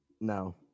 no